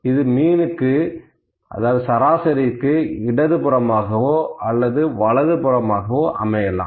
இது சராசரிக்கு இடது புறமாகவோ அல்லது வலது புறமாகவோ அமையலாம்